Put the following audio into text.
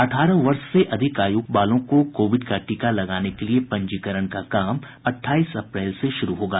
अठारह वर्ष से अधिक आयु वालों को कोविड का टीका लगाने के लिए पंजीकरण का काम अठाईस अप्रैल से शुरू होगा